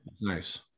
nice